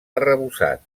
arrebossat